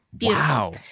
Wow